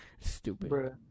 stupid